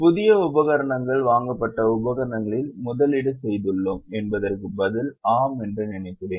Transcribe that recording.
புதிய உபகரணங்கள் வாங்கப்பட்ட உபகரணங்களில் முதலீடு செய்துள்ளோம் என்பதற்கு பதில் ஆம் என்று நினைக்கிறேன்